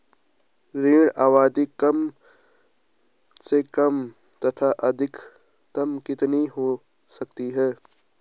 ऋण अवधि कम से कम तथा अधिकतम कितनी हो सकती है?